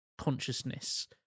consciousness